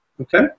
Okay